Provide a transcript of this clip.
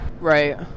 Right